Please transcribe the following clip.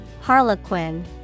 Harlequin